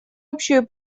общую